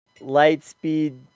Lightspeed